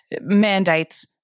mandates